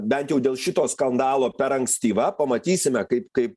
bent jau dėl šito skandalo per ankstyva pamatysime kaip kaip